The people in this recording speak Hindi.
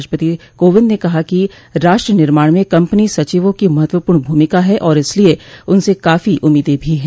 राष्ट्रपति कोविंद ने कहा कि राष्ट्र निर्माण में कंपनी सचिवों की महत्वपूर्ण भूमिका है और इसलिए उनसे काफी उम्मीदें भी हैं